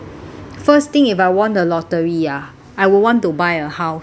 first thing if I won the lottery ah I will want to buy a house